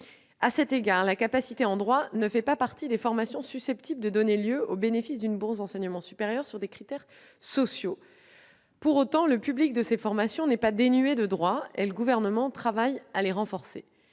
cette raison, la capacité en droit ne fait pas partie des formations ouvrant droit au bénéfice d'une bourse d'enseignement supérieur sur critères sociaux. Pour autant, le public de cette formation n'est pas dénué de droits, et le Gouvernement travaille à les renforcer.